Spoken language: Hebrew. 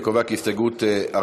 אני קובע כי הסתייגות 43,